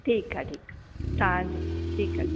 ठीकु आहे ठीकु आहे तव्हां जो ठीकु आहे ठीकु आहे